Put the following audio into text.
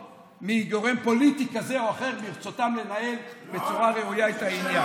מגורם פוליטי כזה או אחר ברצותם לנהל בצורה ראויה את העניין.